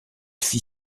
fit